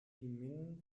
minh